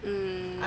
um